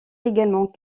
également